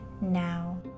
now